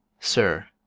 sir,